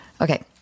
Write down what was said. Okay